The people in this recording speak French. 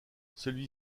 celui